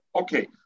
Okay